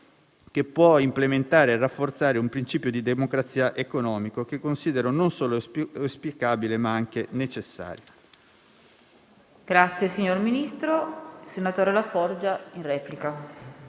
che può implementare e rafforzare un principio di democrazia economico, che considero non solo auspicabile, ma anche necessario.